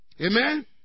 Amen